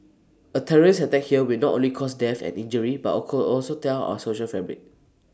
A terrorist attack here will not only cause death and injury but or co also tear our social fabric